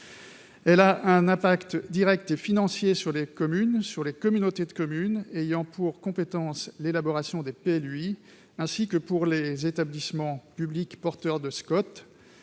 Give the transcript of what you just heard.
251, a un impact direct et financier sur les communes, sur les communautés de communes ayant pour compétence l'élaboration des PLUi, ainsi que sur les établissements publics porteurs de SCoT.